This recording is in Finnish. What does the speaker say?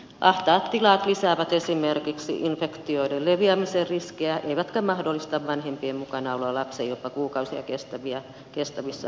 ahtaat tilat lisäävät esimerkiksi infektioiden leviämisen riskejä eivätkä mahdollista vanhempien mukanaoloa lapsen jopa kuukausia kestävissä hoidoissa